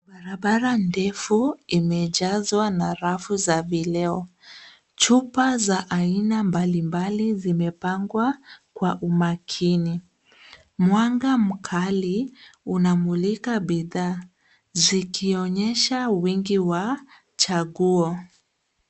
Barabara ndefu imejazwa na rafu za vileo. Chupa za aina mbalimbali zimepangwa kwa umakini. Mwanga mkali unamulika bidhaa zikionyesha wingi wa chaguo.